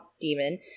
demon